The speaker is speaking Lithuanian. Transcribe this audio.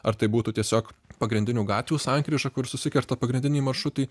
ar tai būtų tiesiog pagrindinių gatvių sankryža kur susikerta pagrindiniai maršrutai